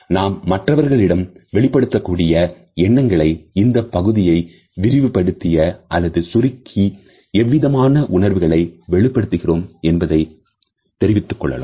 நாம் மற்றவரிடம் வெளிப்படுத்தக்கூடிய எண்ணங்களை இந்தப் பகுதியை விரிவுபடுத்திய அல்லது சுருக்கி எந்தவிதமான உணர்வுகளை வெளிப்படுத்துகிறோம் என்பதை தெரிவித்துக் கொள்ளலாம்